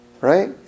right